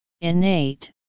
innate